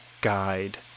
Guide